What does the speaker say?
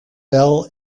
bel